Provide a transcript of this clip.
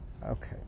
Okay